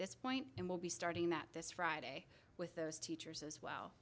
this point and we'll be starting that this friday with those teachers as well